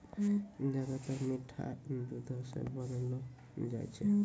ज्यादातर मिठाय दुधो सॅ बनौलो जाय छै